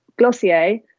Glossier